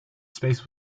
space